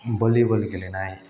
volleyball गेलेनाय